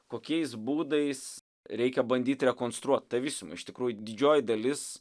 kokiais būdais reikia bandyti rekonstruoti tą visumą iš tikrųjų didžioji dalis